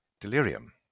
delirium